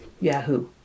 Yahoo